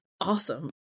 awesome